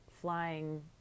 flying